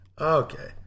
Okay